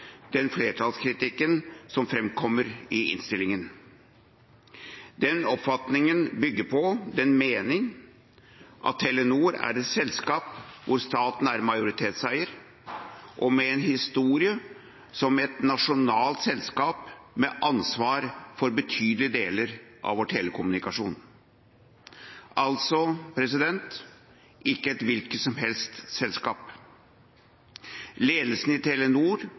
den flertallskritikken som framkommer i innstillinga. Den oppfatningen bygger på den mening at Telenor er et selskap hvor staten er majoritetseier, og med en historie som et nasjonalt selskap med ansvar for betydelige deler av vår telekommunikasjon, altså ikke et hvilket som helst selskap. Ledelsen i Telenor,